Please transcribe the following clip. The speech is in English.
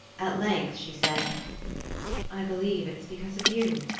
at length she said i believe it's because of you.